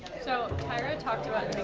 so tyra talked about